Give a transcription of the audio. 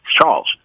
Charles